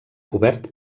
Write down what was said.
cobert